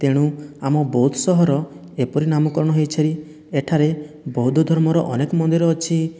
ତେଣୁ ଆମ ବଉଦ ସହର ଏପରି ନାମକରଣ ହୋଇଛି ଏଠାରେ ବୌଦ୍ଧ ଧର୍ମର ଅନେକ ମନ୍ଦିର ଅଛି